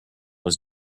was